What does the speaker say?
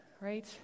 right